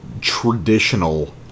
traditional